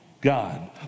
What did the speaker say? God